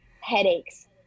headaches